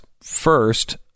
First